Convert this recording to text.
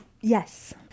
Yes